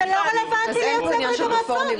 זה לא רלוונטי ליוצאי ברית המועצות.